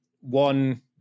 one